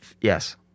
Yes